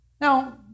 Now